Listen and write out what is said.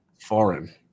Foreign